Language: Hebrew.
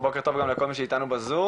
ובוקר טוב גם לכל מי שאיתנו בזום,